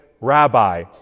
Rabbi